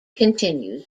continues